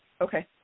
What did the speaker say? Okay